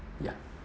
ya